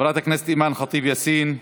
חברת הכנסת אימאן ח'טיב יאסין.